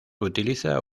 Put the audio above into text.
utiliza